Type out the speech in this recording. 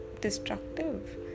destructive